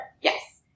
Yes